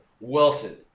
Wilson